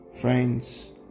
Friends